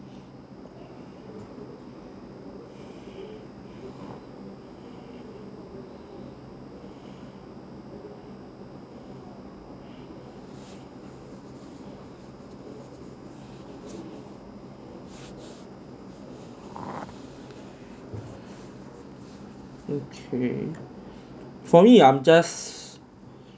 okay for me um just